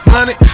Money